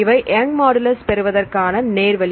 இவை Young's modulus Young's modulus பெறுவதற்கான நேர்வழி